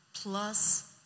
plus